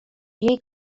jej